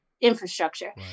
infrastructure